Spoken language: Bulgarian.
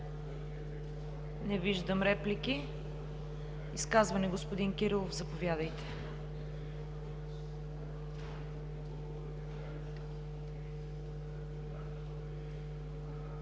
Не виждам реплики. Изказване – господин Кирилов, заповядайте.